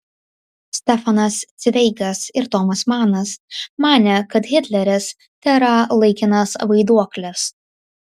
stefanas cveigas ir tomas manas manė kad hitleris tėra laikinas vaiduoklis